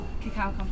Cacao